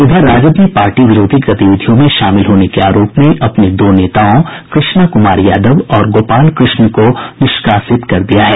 इधर राजद ने पार्टी विरोधी गतिविधियों में शामिल होने के आरोप में अपने दो नेताओं कृष्णा कुमार यादव और गोपाल कृष्ण को निष्कासित कर दिया है